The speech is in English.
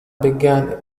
began